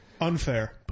Unfair